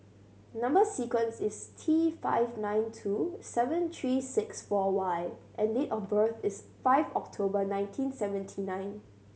number sequence is T five nine two seven three six four Y and date of birth is five October nineteen seventy nine